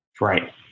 Right